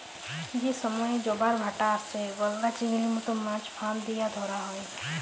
যে সময়ে জবার ভাঁটা আসে, গলদা চিংড়ির মত মাছ ফাঁদ দিয়া ধ্যরা হ্যয়